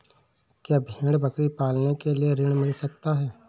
क्या भेड़ बकरी पालने के लिए ऋण मिल सकता है?